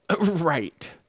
Right